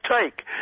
take